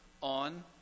on